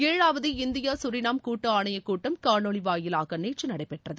ஏழாவது India Suriname கூட்டு ஆணையக் கூட்டம் காணொலி வாயிலாக நேற்று நடைபெற்றது